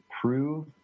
prove